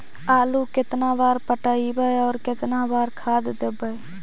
आलू केतना बार पटइबै और केतना बार खाद देबै?